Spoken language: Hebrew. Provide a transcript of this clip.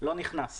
לא נכנס.